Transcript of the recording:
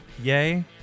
Yay